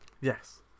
Yes